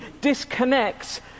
disconnects